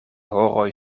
horoj